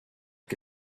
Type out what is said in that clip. que